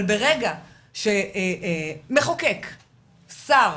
אבל ברגע שמחוקק, שר,